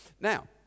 Now